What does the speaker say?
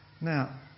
Now